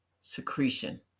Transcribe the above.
secretion